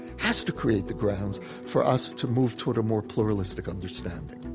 has to create the grounds for us to move toward a more pluralistic understanding